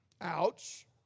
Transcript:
ouch